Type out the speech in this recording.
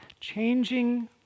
changing